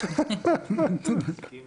לתומכים